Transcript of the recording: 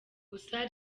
gusa